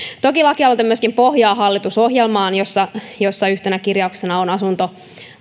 toki lakialoite myöskin pohjaa hallitusohjelmaan jossa jossa yhtenä kirjauksena on asunto